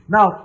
Now